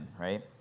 right